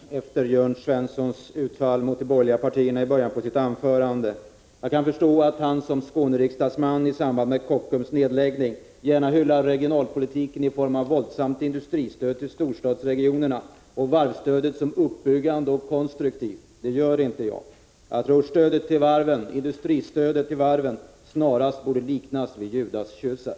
Fru talman! Helt kort, efter Jörn Svenssons utfall mot de borgerliga 29 maj 1986 partierna i början på sitt anförande. Jag kan förstå att han som Skåneriksdagsman i samband med Kockums nedläggning gärna hyllar regionalpolitiken i form av kraftigt industristöd till storstadsregionerna och varvsstödet som uppbyggande och konstruktivt. Det gör inte jag. Industristödet till varven borde snarast liknas vid Judaskyssar.